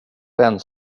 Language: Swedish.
den